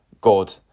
God